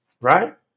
right